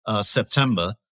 September